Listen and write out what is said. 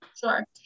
Sure